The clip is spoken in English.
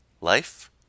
life